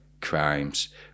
crimes